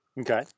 Okay